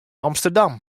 amsterdam